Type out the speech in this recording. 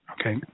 Okay